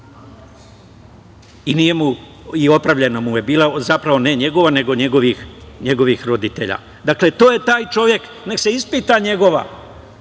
je kuću i opravljena mu je bila, zapravo, ne njegova, nego njegovih roditelja. Dakle, to je taj čovek, nek se ispita njegova